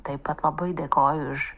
taip pat labai dėkoju už